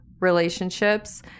relationships